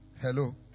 Hello